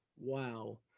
Wow